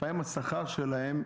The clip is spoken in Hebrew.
לפעמים השכר שלהם,